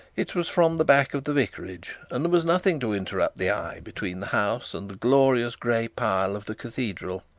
it was from the back of the vicarage, and there was nothing to interrupt the eye between the house and the glorious gray pile of the cathedral.